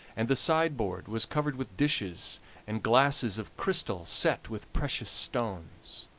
and the sideboard was covered with dishes and glasses of crystal set with precious stones.